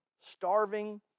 starving